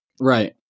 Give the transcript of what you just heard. Right